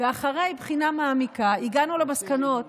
ואחרי בחינה מעמיקה הגענו למסקנות